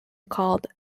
called